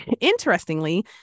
Interestingly